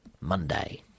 Monday